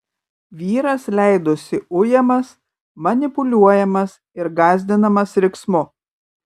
vyras leidosi ujamas manipuliuojamas ir gąsdinamas riksmu